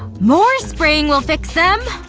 more spraying will fix them!